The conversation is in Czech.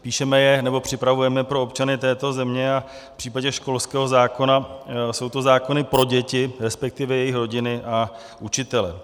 Píšeme je nebo připravujeme je pro občany této země a v případě školského zákona jsou to zákony pro děti, resp. jejich rodiny a učitele.